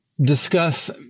discuss